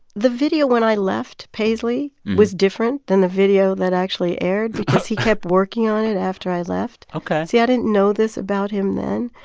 the video, when i left paisley, was different than the video that actually aired because he kept working on it after i left. see, i didn't know this about him then,